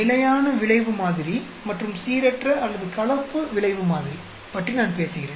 நிலையான விளைவு மாதிரி மற்றும் சீரற்ற அல்லது கலப்பு விளைவு மாதிரி பற்றி நான் பேசுகிறேன்